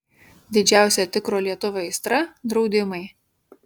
didžiausia tikro lietuvio aistra draudimai